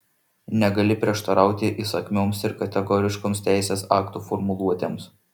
negali prieštarauti įsakmioms ir kategoriškoms teisės aktų formuluotėms